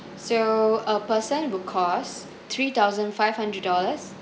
so a person will cost three thousand five hundred dollars